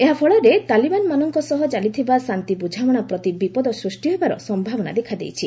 ଏହାଫଳରେ ତାଲିବାନମାନଙ୍କ ସହ ଚାଲିଥିବା ଶାନ୍ତି ବୁଝାମଣା ପ୍ରତି ବିପଦ ସୃଷ୍ଟିହେବାର ସମ୍ଭାବନା ଦେଖାଦେଇଛି